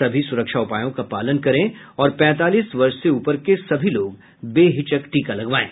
सभी सुरक्षा उपायों का पालन करें और पैंतालीस वर्ष से ऊपर के सभी लोग बेहिचक टीका लगवाएं